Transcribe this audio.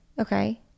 Okay